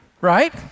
right